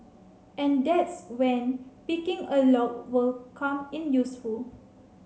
and that's when picking a lock will come in useful